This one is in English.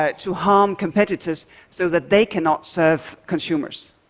ah to harm competitors so that they cannot serve consumers.